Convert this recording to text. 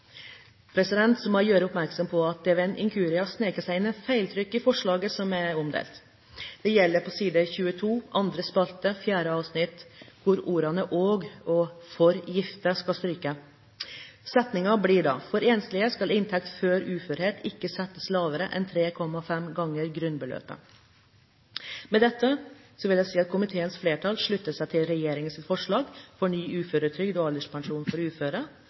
Så må jeg gjøre oppmerksom på at det ved en inkurie har sneket seg inn et feiltrykk i innstillingen som er omdelt. Det gjelder side 22, andre spalte, fjerde avsnitt, hvor ordene «og» og «for gifte» skal strykes. Setningen blir da: «For enslige skal inntekt før uførhet ikke settes lavere enn 3,5 ganger grunnbeløpet.» Med dette vil jeg si at komiteens flertall slutter seg til regjeringens forslag til ny uføretrygd og alderspensjon for uføre